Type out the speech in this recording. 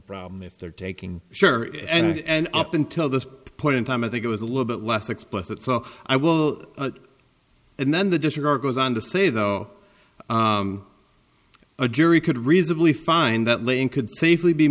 problem if they're taking sure and up until this point in time i think it was a little bit less explicit so i will and then the disregard goes on to say though a jury could reasonably find that lane could safely be